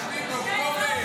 שכחת את 7 באוקטובר?